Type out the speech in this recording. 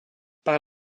par